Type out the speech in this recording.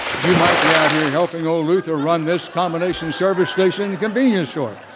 you might be out here helping old luther run this combination service station convenience store.